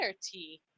tea